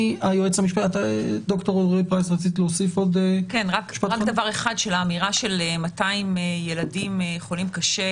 אני מבקשת להוסיף רק דבר אחד לגבי האמירה של 200 ילדים חולים קשה,